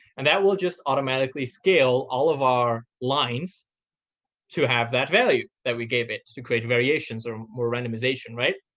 and that will just automatically scale all of our lines to have that value that we gave it to create variations or more randomization, right?